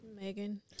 Megan